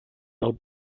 del